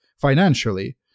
financially